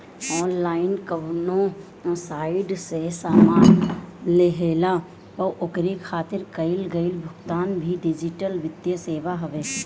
online कवनो site से सामान लेहला पअ ओकरी खातिर कईल गईल भुगतान भी डिजिटल वित्तीय सेवा हवे